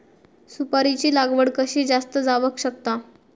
सुपारीची लागवड कशी जास्त जावक शकता?